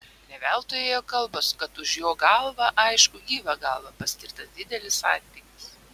ne veltui ėjo kalbos kad už jo galvą aišku gyvą galvą paskirtas didelis atlygis